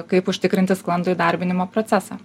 kaip užtikrinti sklandų įdarbinimo procesą